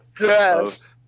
Yes